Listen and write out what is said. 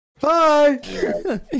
Bye